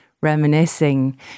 reminiscing